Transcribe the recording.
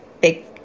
big